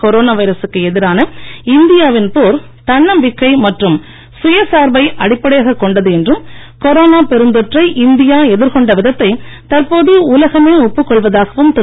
corona வைரசுக்கு எதிரான இந்தியாவின் போர் தன்னம்பிக்கை மற்றும் சுயசார்பை அடிப்படையாகக் கொண்டது என்றும் கொரோனா பெருந்தொற்றை இந்தியா எதிர்கொண்ட விதத்தை தற்போது உலகமே ஒப்புக்கொள்வதாகவும் திரு